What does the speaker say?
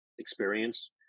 experience